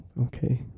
Okay